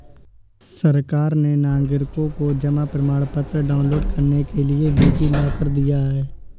सरकार ने नागरिकों को जमा प्रमाण पत्र डाउनलोड करने के लिए डी.जी लॉकर दिया है